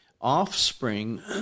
offspring